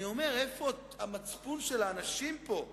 אני אומר: איפה המצפון של האנשים פה?